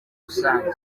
rusange